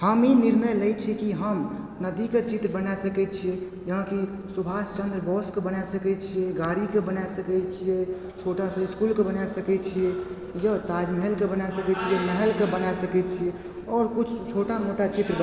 हम ई निर्णय लैत छी की हम नदीके चित्र बना सकैत छियै यहाँ की सुभाषचन्द्र बोसके बना सकै छियै गाड़ीके बना सकै छियै छोटासा इस्कूलके बना सकैत छियै ताजमहलके बना सकैत छियै महलके बना सकैत छियै आओर कुछ छोटा मोटा चित्र बना